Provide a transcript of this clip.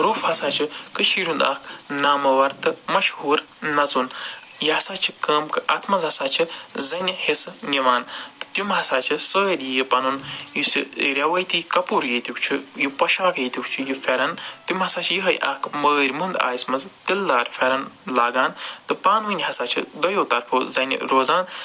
روٚف ہَسا چھِ کٔشیٖرِ ہُنٛد اکھ نامَوَر تہٕ مشہوٗر نَژُن یہِ ہسا چھِ کٲمکہٕ اَتھ منٛز ہَسا چھِ زَنہِ حِصہٕ نِوان تہٕ تِم ہَسا چھِ سٲری یہِ پنُن یُس یہِ رٮ۪وٲتی کَپُر ییٚتیُک چھُ یہِ پۄشاک ییٚتیُک چھِ یہِ فٮ۪رن تِم ہَسا چھِ یِہوٚے اکھ مٲرۍموٚنٛد آیَس منٛز تِلہٕ دار فٮ۪رن لاگان تہٕ پانہٕ ؤنۍ ہَسا چھِ دۄیو طرفو زَنہِ روزان